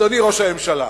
אדוני ראש הממשלה.